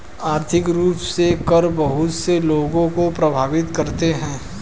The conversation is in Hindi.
आर्थिक रूप से कर बहुत से लोगों को प्राभावित करते हैं